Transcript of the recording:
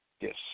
Yes